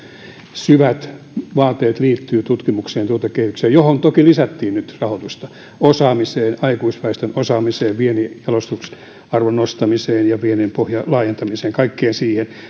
syvät vaateet liittyvät tutkimukseen tuotekehitykseen johon toki lisättiin nyt rahoitusta osaamiseen aikuisväestön osaamiseen viennin jalostusarvon nostamiseen ja viennin pohjan laajentamiseen kaikkeen siihen